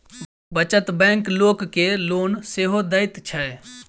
बचत बैंक लोक के लोन सेहो दैत छै